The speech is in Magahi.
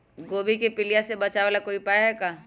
गोभी के पीलिया से बचाव ला कोई उपाय है का?